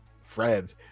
Fred